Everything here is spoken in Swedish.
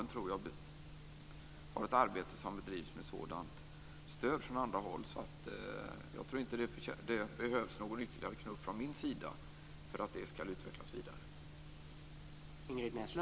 Jag tror att det arbete som bedrivs på det här området får ett stöd som få andra, så det behövs nog ingen ytterligare knuff från min sida för att det skall utvecklas vidare.